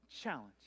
challenge